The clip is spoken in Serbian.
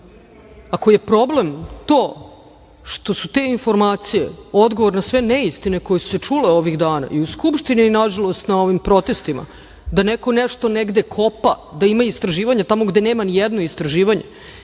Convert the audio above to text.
Ako je problem to što su te informacije odgovor na sve neistine koje su se čule ovih dana i u Skupštini i nažalost na ovim protestima, da neko nešto negde kopa, da ima istraživanja tamo gde nema ni jedno istraživanje